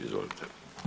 Izvolite.